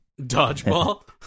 Dodgeball